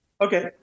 Okay